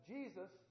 Jesus